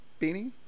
beanie